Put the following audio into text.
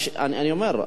אני אומר,